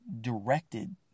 directed